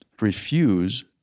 refuse